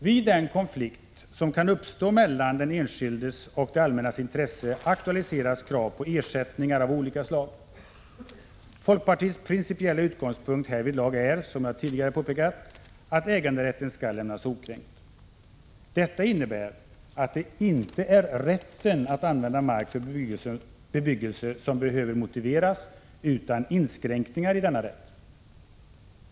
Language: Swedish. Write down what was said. Vid den konflikt som kan uppstå mellan den enskildes och det allmännas intresse aktualiseras krav på ersättningar av olika slag. Folkpartiets principiella utgångspunkt härvidlag är, som jag tidigare har påpekat, att äganderätten skall lämnas okränkt. Det innebär att det inte är rätten att använda mark för bebyggelse som behöver motiveras utan inskränkningar i denna rätt.